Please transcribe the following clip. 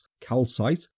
calcite